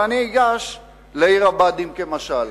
ואני אגש לעיר הבה"דים כמשל.